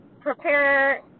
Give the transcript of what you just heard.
prepare